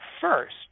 first